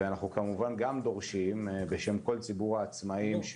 ואנחנו כמובן גם דורשים בשם כל ציבור העצמאים,